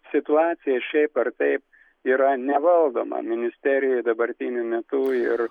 situacija šiaip ar taip yra nevaldoma ministerijoj dabartiniu metu ir